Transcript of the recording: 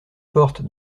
porte